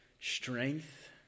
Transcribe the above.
strength